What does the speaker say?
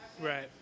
Right